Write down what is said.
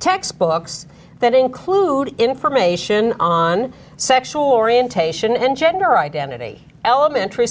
textbooks that include information on sexual orientation and gender identity elementary